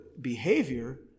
behavior